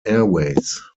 airways